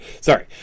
Sorry